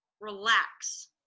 relax